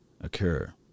occur